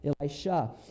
Elisha